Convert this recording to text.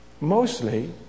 Mostly